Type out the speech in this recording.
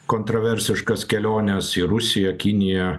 kontroversiškas keliones į rusiją kiniją